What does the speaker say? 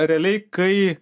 realiai kai